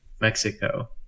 Mexico